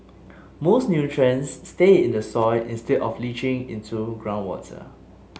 more nutrients stay in the soil instead of leaching into groundwater